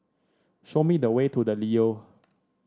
show me the way to The Leo